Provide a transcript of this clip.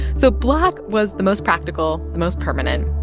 so black was the most practical, the most permanent.